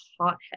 hothead